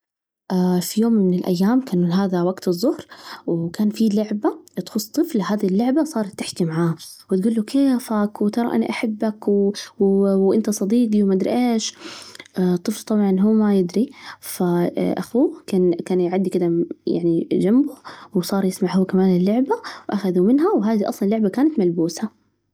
في يوم من الأيام، كان هذا وجت الظهر وكان في لعبة تخص طفل، هذه اللعبة صارت تحكي معاه وتجول له: كيفك؟ وترى أنا أحبك وو و أنت صديجي وما أدري إيش، الطفل طبعًا هو ما يدري، فأخوه كان كان يعدي كده يعني جمبه وصار يسمع هو كمان اللعبة وأخذوا منها، وهذه أصلاً لعبة كانت ملبوسة.